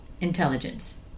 intelligence